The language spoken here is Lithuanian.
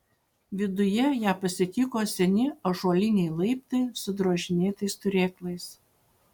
viduje ją pasitiko seni ąžuoliniai laiptai su drožinėtais turėklais